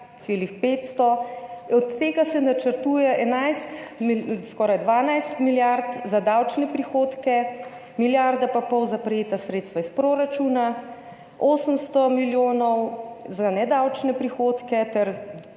milijard 500, od tega se načrtuje 11, skoraj 12 milijard za davčne prihodke, milijarda in pol za prejeta sredstva iz proračuna, 800 milijonov za nedavčne prihodke